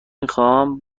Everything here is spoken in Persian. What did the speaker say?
میخوام